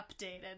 updated